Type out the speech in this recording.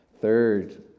Third